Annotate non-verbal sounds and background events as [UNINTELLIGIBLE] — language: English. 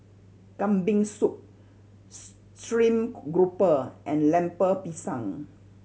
Kambing Soup [UNINTELLIGIBLE] stream grouper and Lemper Pisang